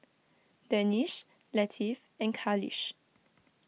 Danish Latif and Khalish